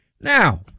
Now